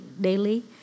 daily